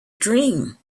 dream